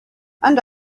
and